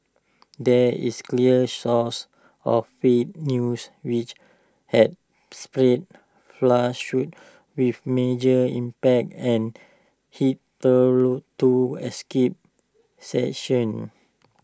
there is clear source of fake news' which has spread with major impact and escaped